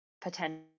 potential